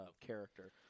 character